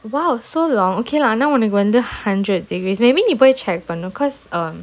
!wow! so long okay lah now ஆனாஉனக்குவந்து:ana unaku vandhu hundred degrees maybe இப்போ:ipo check பண்ணு:pannu cause um